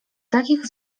takich